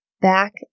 back